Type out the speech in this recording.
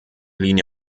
linie